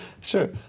sure